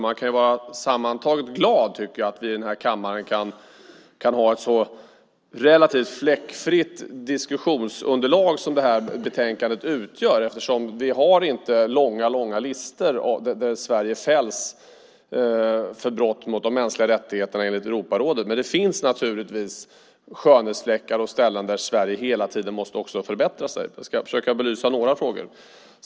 Man kan sammantaget vara glad, tycker jag, åt att vi i den här kammaren kan ha ett så relativt fläckfritt diskussionsunderlag som det här betänkandet utgör. Vi har inte långa listor där Sverige fälls för brott mot de mänskliga rättigheterna, enligt Europarådet. Men det finns naturligtvis skönhetsfläckar och ställen där Sverige hela tiden måste förbättra sig. Jag ska försöka belysa några frågor.